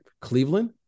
Cleveland